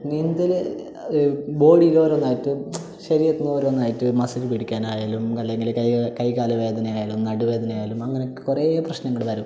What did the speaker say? നീന്തല് ബോഡിയിലോരോന്നായിട്ട് ശരീരത്തിൽ നിന്ന് ഓരോന്നായിട്ട് മസില് പിടിക്കാനായാലും അല്ലെങ്കില് കൈ കൈ കാല് വേദനയായാലും നടുവേദനയായാലും അങ്ങനെ കുറേ പ്രശ്നങ്ങൾ വരും